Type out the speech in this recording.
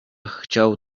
chciał